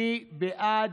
מי בעד?